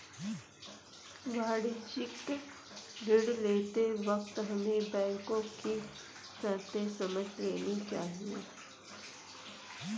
वाणिज्यिक ऋण लेते वक्त हमें बैंको की शर्तें समझ लेनी चाहिए